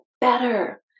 better